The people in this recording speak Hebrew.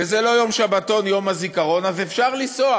וזה לא יום שבתון, יום הזיכרון, אז אפשר לנסוע,